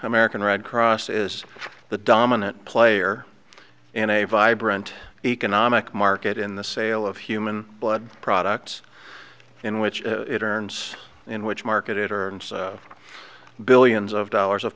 american red cross is the dominant player in a vibrant economic market in the sale of human blood products in which interns in which market are billions of dollars of